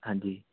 ਹਾਂਜੀ